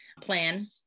plan